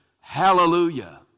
Hallelujah